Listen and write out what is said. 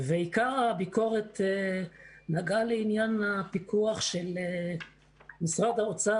עיקר הביקורת נגעה לעניין הפיקוח של משרד האוצר